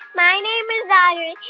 my name is ah yeah